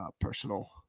personal –